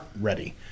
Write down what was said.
ready